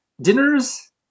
dinners